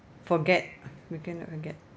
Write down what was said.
forget we cannot forget